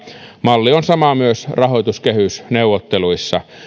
malli on sama rahoituskehysneuvotteluissa